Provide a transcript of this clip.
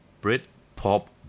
Brit-pop